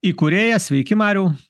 įkūrėjas sveiki mariau